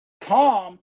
Tom